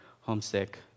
homesick